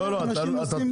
לא, אתה טועה.